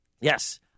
yes